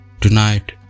tonight